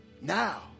Now